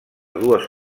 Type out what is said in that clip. dues